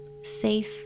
safe